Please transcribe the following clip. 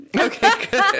Okay